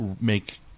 make